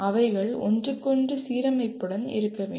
அவைகள் ஒன்றுக்கொன்று சீரமைப்புடன் இருக்க வேண்டும்